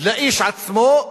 לאיש עצמו,